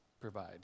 provide